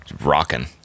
Rocking